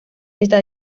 está